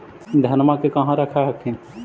धनमा के कहा रख हखिन?